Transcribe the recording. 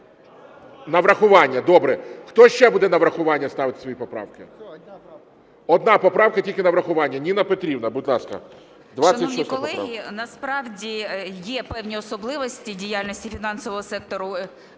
на врахування, добре. Хто ще буде на врахування ставити свої поправки? Одна поправка, тільки на врахування. Ніна Петрівна, будь ласка, 26 поправка. 15:02:36 ЮЖАНІНА Н.П. Шановні колеги, насправді є певні особливості діяльності фінансового сектору